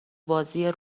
بازی